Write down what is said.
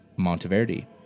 Monteverdi